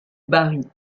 bari